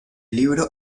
libro